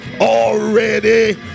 already